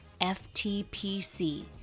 ftpc